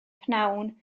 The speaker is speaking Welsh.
pnawn